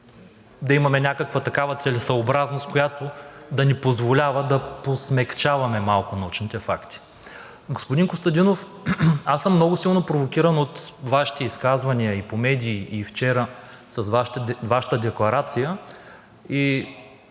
да имаме някаква такава целесъобразност, която да ни позволява да посмекчаваме малко научните факти. Господин Костадинов, аз съм много силно провокиран от Вашите изказвания и по медии, и вчера от Вашата декларация.